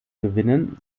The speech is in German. gewinnen